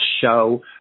show